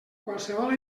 qualsevol